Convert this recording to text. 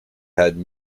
had